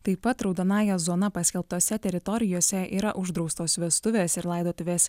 taip pat raudonąja zona paskelbtose teritorijose yra uždraustos vestuvės ir laidotuvės